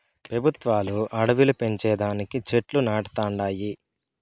పెబుత్వాలు అడివిలు పెంచే దానికి చెట్లు నాటతండాయి